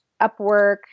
Upwork